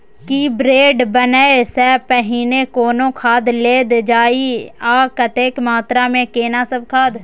की bed बनबै सॅ पहिने कोनो खाद देल जाय आ कतेक मात्रा मे केना सब खाद?